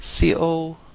CO